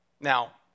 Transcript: Now